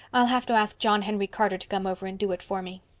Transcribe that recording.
i'll have to ask john henry carter to come over and do it for me.